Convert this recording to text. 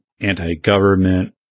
anti-government